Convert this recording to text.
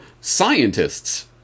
scientists